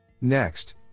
Next